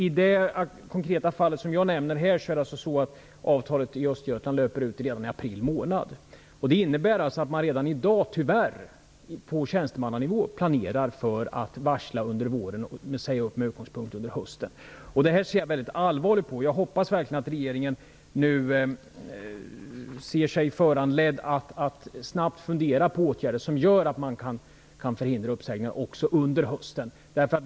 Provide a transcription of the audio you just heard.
I det konkreta fall jag nämner, Östergötland, är det så att avtalen löper ut redan i april månad. Det innebär tyvärr att man redan i dag på tjänstemannanivå planerar för att varsla under våren med utgångspunkt i att säga upp under hösten. Det ser jag väldigt allvarligt på. Jag hoppas verkligen att regeringen nu ser sig föranledd att snabbt fundera på åtgärder som gör att man kan förhindra uppsägningar - också under hösten.